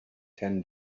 ten